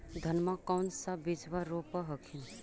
धनमा कौन सा बिजबा रोप हखिन?